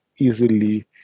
easily